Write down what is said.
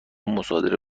مصادره